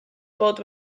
bod